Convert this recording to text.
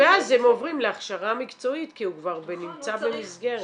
ואז הם עוברים להכשרה מקצועית כי הוא כבר נמצא במסגרת.